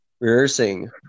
Rehearsing